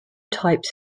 types